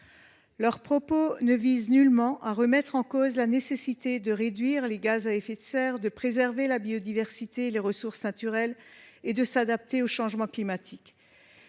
Leurs propos ne visent nullement à remettre en cause la nécessité de réduire les émissions de gaz à effet de serre, de préserver la biodiversité et les ressources naturelles ou de s’adapter au changement climatique.